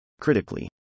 Critically